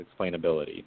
explainability